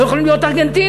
לא יכולים להיות ארגנטינה,